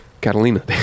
Catalina